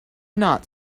not